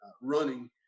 running